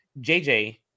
JJ